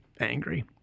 angry